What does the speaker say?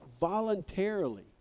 voluntarily